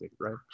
right